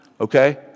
Okay